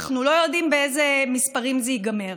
אנחנו לא יודעים באיזה מספרים זה ייגמר.